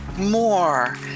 more